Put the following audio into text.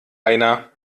einer